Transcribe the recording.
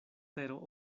tero